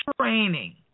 training